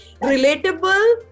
Relatable